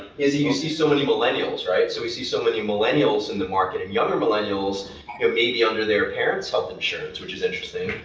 is you see so many millennials, so we see so many millennials in the market, and younger millennials, who are maybe under their parents' health insurance, which is interesting.